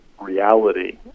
reality